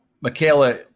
Michaela